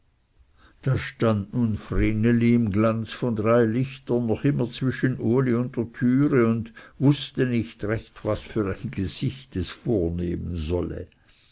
da stand nun vreneli im glanz von drei lichtern noch immer zwischen uli und der türe und wußte nicht recht was für ein gesicht es vornehmen solle